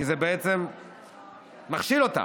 כי זה מכשיל אותם.